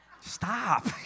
Stop